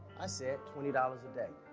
i said twenty dollars a day.